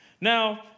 Now